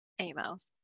emails